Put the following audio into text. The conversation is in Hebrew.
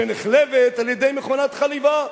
שנחלבת על-ידי מכונת חליבה,